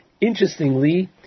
Interestingly